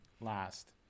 last